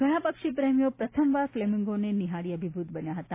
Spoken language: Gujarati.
ઘણાં ખરા પક્ષીપ્રેમીઓ પ્રથમ વાર ફલેમીંગોને નિહાળી અભિભૂત બન્યા હતા